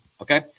Okay